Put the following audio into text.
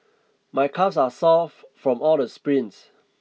my calves are soft from all the sprints